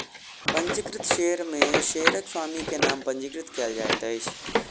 पंजीकृत शेयर में शेयरक स्वामी के नाम पंजीकृत कयल जाइत अछि